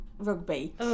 rugby